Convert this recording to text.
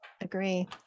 agree